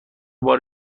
بار